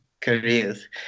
careers